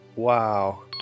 Wow